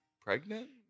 pregnant